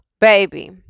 baby